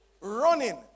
Running